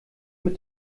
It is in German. mit